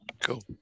Cool